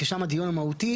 כי שם הדיון הוא מהותי,